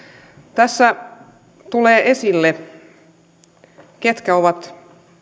tässä tulee esille ketkä ovat